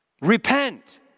Repent